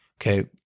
Okay